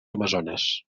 amazones